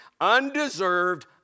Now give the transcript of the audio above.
undeserved